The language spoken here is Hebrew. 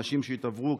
אנשים שהתעוורו,